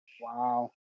Wow